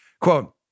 Quote